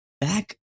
back